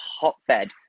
hotbed